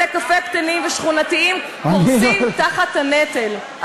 בתי-קפה קטנים ושכונתיים קורסים תחת הנטל.